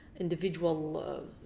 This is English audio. individual